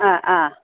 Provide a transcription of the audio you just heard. ആ ആ